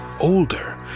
older